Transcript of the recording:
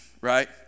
right